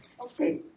Okay